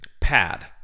pad